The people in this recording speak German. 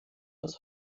aus